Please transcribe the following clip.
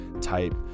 type